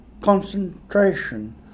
concentration